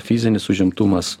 fizinis užimtumas